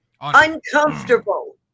Uncomfortable